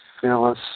Phyllis